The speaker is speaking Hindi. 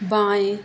बाएँ